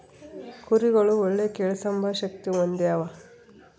ಕುರಿಗುಳು ಒಳ್ಳೆ ಕೇಳ್ಸೆಂಬ ಶಕ್ತಿ ಹೊಂದ್ಯಾವ